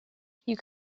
you